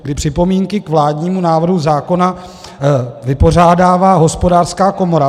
Ty připomínky k vládnímu návrhu zákona vypořádává Hospodářská komora.